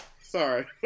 sorry